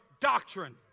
doctrine